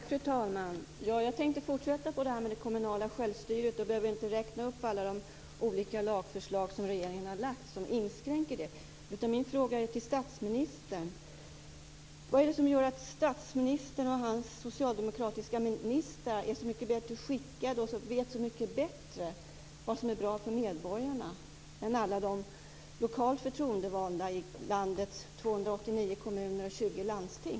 Fru talman! Jag tänkte fortsätta med den kommunala självstyrelsen. Jag behöver inte räkna upp alla de olika lagförslag som regeringen har lagt fram som inskränker den. Min fråga går till statsministern: Vad är det som gör att statsministern och hans socialdemokratiska ministrar vet så mycket bättre vad som är bra för medborgarna än alla de lokalt förtroendevalda i landets 289 kommuner och 20 landsting?